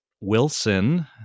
Wilson